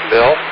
Bill